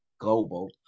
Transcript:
global